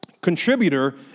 contributor